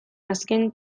azken